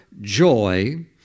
joy